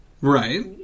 Right